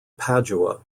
padua